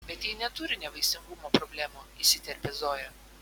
bet ji neturi nevaisingumo problemų įsiterpia zoja